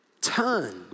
turn